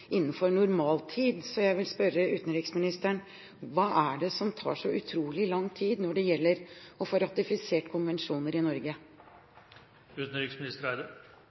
innenfor normaltid, så jeg vil spørre utenriksministeren: Hva er det som tar så utrolig lang tid når det gjelder å få ratifisert konvensjoner i